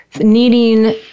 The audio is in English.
needing